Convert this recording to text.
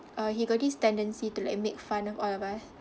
uh he got this tendency to like make fun of all of us